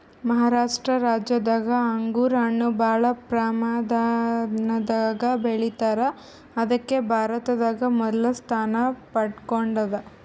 ಮಹಾರಾಷ್ಟ ರಾಜ್ಯದಾಗ್ ಅಂಗೂರ್ ಹಣ್ಣ್ ಭಾಳ್ ಪ್ರಮಾಣದಾಗ್ ಬೆಳಿತಾರ್ ಅದಕ್ಕ್ ಭಾರತದಾಗ್ ಮೊದಲ್ ಸ್ಥಾನ ಪಡ್ಕೊಂಡದ್